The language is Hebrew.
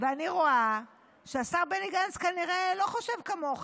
ואני רואה שהשר בני גנץ כנראה לא חושב כמוך,